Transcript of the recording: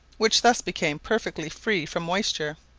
which thus became perfectly free from moisture,